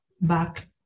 back